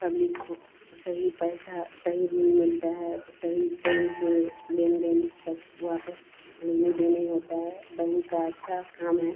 public को सही पैसा सही ऋण मिलता है सही टेम से लेन देन सब वापस लेने देने होता है बैंक का अच्छा काम है